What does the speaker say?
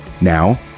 Now